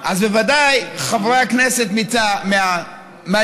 אז בוודאי חברי הכנסת מהימין,